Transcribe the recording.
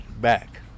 back